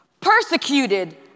Persecuted